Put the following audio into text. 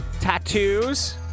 Tattoos